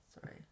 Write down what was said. sorry